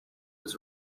was